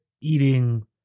eating